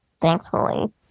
thankfully